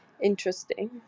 interesting